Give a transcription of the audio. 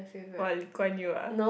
!wah! Lee Kuan Yew ah